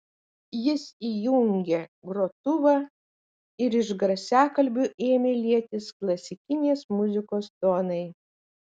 jis įjungė grotuvą ir iš garsiakalbių ėmė lietis klasikinės muzikos tonai